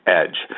edge